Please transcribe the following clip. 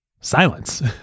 silence